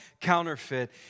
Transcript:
Counterfeit